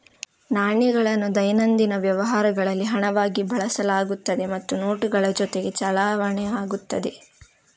ನಾಣ್ಯಗಳನ್ನು ದೈನಂದಿನ ವ್ಯವಹಾರಗಳಲ್ಲಿ ಹಣವಾಗಿ ಬಳಸಲಾಗುತ್ತದೆ ಮತ್ತು ನೋಟುಗಳ ಜೊತೆಗೆ ಚಲಾವಣೆಯಾಗುತ್ತದೆ